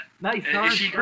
Nice